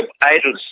idols